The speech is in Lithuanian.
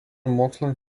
mokslo